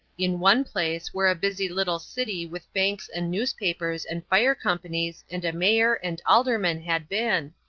in one place, where a busy little city with banks and newspapers and fire companies and a mayor and aldermen had been,